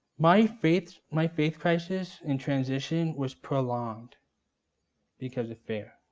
my faith my faith crisis and transition was prolonged because of fair,